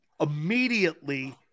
immediately